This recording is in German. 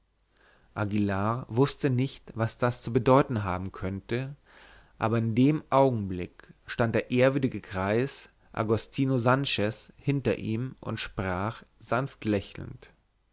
aguillar wußte nicht was das zu bedeuten haben könnte aber in dem augenblick stand der ehrwürdige greis agostino sanchez hinter ihm und sprach sanft lächelnd